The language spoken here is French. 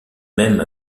même